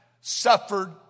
suffered